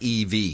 ev